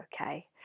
okay